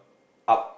up